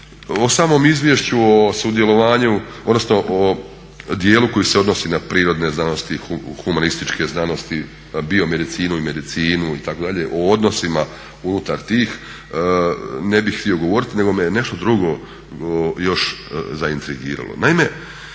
O samom izvješću o sudjelovanju, odnosno o dijelu koji se odnosi na prirodne znanosti, humanističke znanosti, biomedicinu i medicinu itd., o odnosima unutar tih ne bih htio govoriti nego me je nešto drugo još zaintrigiralo.